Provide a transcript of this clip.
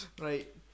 Right